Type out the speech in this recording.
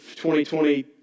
2020